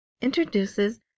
introduces